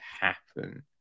happen